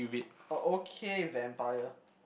oh okay vampire